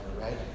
right